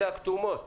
הכתומות,